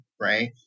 Right